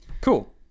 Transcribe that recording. Cool